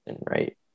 Right